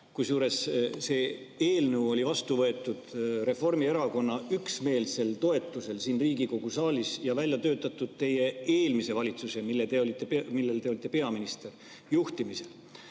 Kusjuures see eelnõu oli vastu võetud Reformierakonna üksmeelsel toetusel siin Riigikogu saalis ja välja töötatud eelmise valitsuse juhtimisel, mille peaminister te olite.